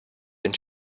den